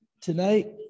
tonight